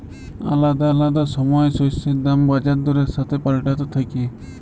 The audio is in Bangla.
আলাদা আলাদা সময় শস্যের দাম বাজার দরের সাথে পাল্টাতে থাক্যে